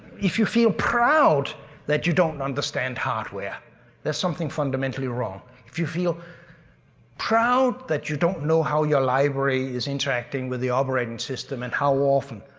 if you feel proud that you don't understand hardware there's something fundamentally wrong. if you feel proud that you don't know how your library is interacting with the operating system and how often,